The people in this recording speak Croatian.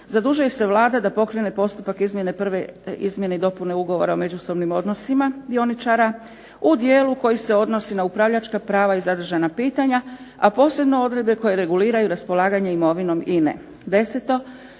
zadužuje se Vlada da pokrene postupak izmjene prve izmjene i dopune Ugovora o međusobnim odnosima dioničara u dijelu koji se odnosi na upravljačka prava i zadržana pitanja, a posebno odredbe koje reguliraju raspolaganje imovinom INA-e.